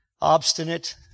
obstinate